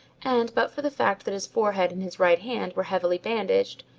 and but for the fact that his forehead and his right hand were heavily bandaged,